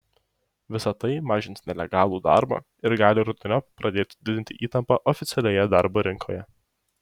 visa tai mažins nelegalų darbą ir gali rudeniop pradėti didinti įtampą oficialioje darbo rinkoje